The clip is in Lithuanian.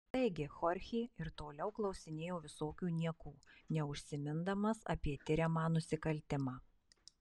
taigi chorchė ir toliau klausinėjo visokių niekų neužsimindamas apie tiriamą nusikaltimą